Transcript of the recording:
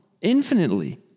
infinitely